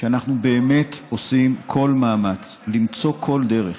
שאנחנו באמת עושים כל מאמץ למצוא כל דרך